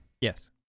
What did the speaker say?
Yes